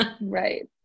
Right